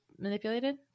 manipulated